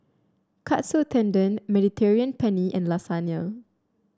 Katsu Tendon Mediterranean Penne and Lasagne